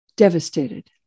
devastated